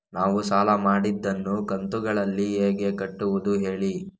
ನಾವು ಸಾಲ ಮಾಡಿದನ್ನು ಕಂತುಗಳಲ್ಲಿ ಹೇಗೆ ಕಟ್ಟುದು ಹೇಳಿ